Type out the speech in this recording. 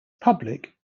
public